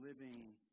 living